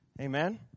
Amen